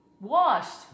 washed